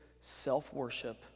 self-worship